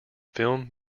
film